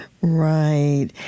Right